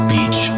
Beach